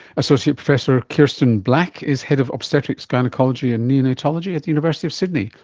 associate professor kirsten black is head of obstetrics, gynaecology and neonatology at the university of sydney.